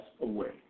away